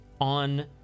on